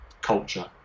culture